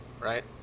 right